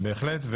בהחלט.